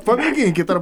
pamėginkit ar